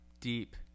deep